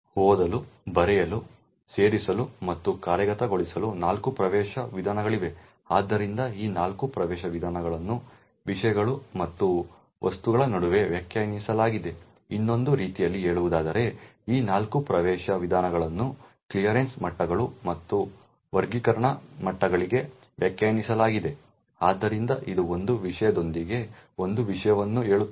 ಓದಲು ಬರೆಯಲು ಸೇರಿಸಲು ಮತ್ತು ಕಾರ್ಯಗತಗೊಳಿಸಲು ನಾಲ್ಕು ಪ್ರವೇಶ ವಿಧಾನಗಳಿವೆ ಆದ್ದರಿಂದ ಈ ನಾಲ್ಕು ಪ್ರವೇಶ ವಿಧಾನಗಳನ್ನು ವಿಷಯಗಳು ಮತ್ತು ವಸ್ತುಗಳ ನಡುವೆ ವ್ಯಾಖ್ಯಾನಿಸಲಾಗಿದೆ ಇನ್ನೊಂದು ರೀತಿಯಲ್ಲಿ ಹೇಳುವುದಾದರೆ ಈ ನಾಲ್ಕು ಪ್ರವೇಶ ವಿಧಾನಗಳನ್ನು ಕ್ಲಿಯರೆನ್ಸ್ ಮಟ್ಟಗಳು ಮತ್ತು ವರ್ಗೀಕರಣ ಮಟ್ಟಗಳಿಗೆ ವ್ಯಾಖ್ಯಾನಿಸಲಾಗಿದೆ ಆದ್ದರಿಂದ ಇದು ಒಂದು ವಿಷಯದೊಂದಿಗೆ ಒಂದು ವಿಷಯವನ್ನು ಹೇಳುತ್ತದೆ